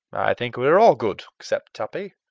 think we are all good, except tuppy.